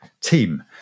team